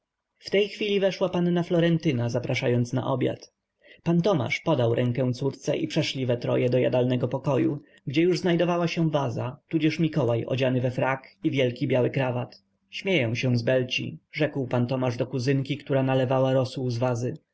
w tej chwili weszła panna florentyna zapraszając na obiad pan tomasz podał rękę córce i przeszli we troje do jadalnego pokoju gdzie już znajdowała się waza tudzież mikołaj odziany we frak i wielki biały krawat śmieję się z belci rzekł pan tomasz do kuzynki która nalewała rosół z wazy